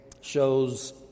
shows